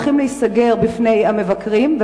הולכים להיסגר בפני המבקרים,